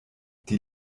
die